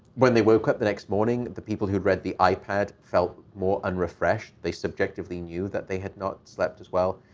when they woke up the next morning, the people who read the ipad felt more unrefreshed. they subjectively knew that they had not slept as well.